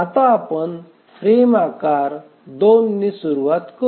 आता आपण फ्रेम आकार २ ने सुरूवात करू